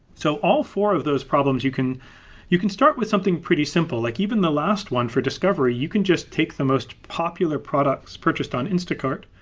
so all four of those problems you can you can start with something pretty simple, like even the last one for discovery, you can just take the most popular products purchased on instacart,